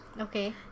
Okay